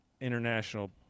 international